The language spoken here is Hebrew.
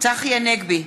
צחי הנגבי,